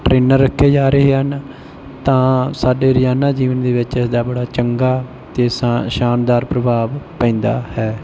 trainer ਰੱਖੇ ਜਾ ਰਹੇ ਹਨ ਤਾਂ ਸਾਡੇ ਰੋਜ਼ਾਨਾ ਜੀਵਨ ਦੇ ਵਿੱਚ ਇਸਦਾ ਬੜਾ ਚੰਗਾ ਅਤੇ ਸਾਂ ਸ਼ਾਨਦਾਰ ਪ੍ਰਭਾਵ ਪੈਂਦਾ ਹੈ